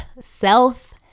self